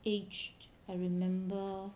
aged I remember